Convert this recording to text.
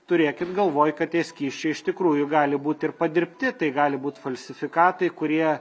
turėkit galvoj kad tie skysčiai iš tikrųjų gali būt ir padirbti tai gali būt falsifikatai kurie